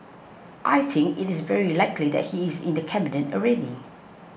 I think it is very likely that he is in the cabinet already